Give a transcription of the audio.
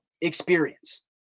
experience